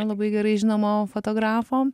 labai gerai žinomo fotografo